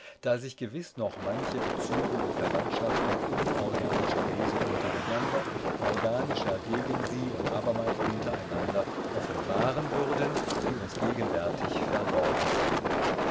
da sich gewiß noch manche bezüge und verwandtschaften unorganischer wesen untereinander organischer gegen sie und abermals untereinander offenbaren würden die uns gegenwärtig verborgen seien